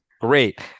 great